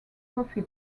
coffee